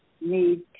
need